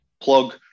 plug